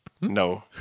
No